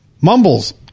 mumbles